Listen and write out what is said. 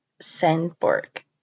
Sandburg